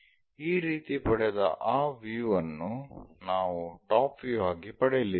ಈ ರೀತಿ ಪಡೆದ ಆ ವ್ಯೂ ಅನ್ನು ನಾವು ಟಾಪ್ ವ್ಯೂ ಆಗಿ ಪಡೆಯಲಿದ್ದೇವೆ